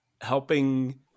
helping